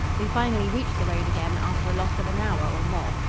we finally reached the road again after a loss of an hour or more.